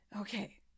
Okay